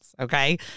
Okay